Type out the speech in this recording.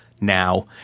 now